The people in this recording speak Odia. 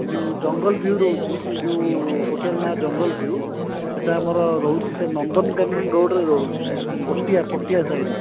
ସେ ଯେଉଁ ଜଙ୍ଗଲ ଭିଉ ରହୁଛି ସେଇ ଯେଉଁ ହୋଟେଲ୍ ନାଁ ଜଙ୍ଗଲ ଭିଉ ସେଇଟା ଆମର ରହୁଛି ସେ ନନ୍ଦନକାନନ ରୋଡ଼୍ରେ ରହୁଛି ପଟିଆ ପଟିଆ ସାଇଡ଼୍